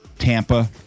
Tampa